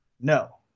No